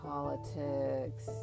politics